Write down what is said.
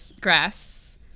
grass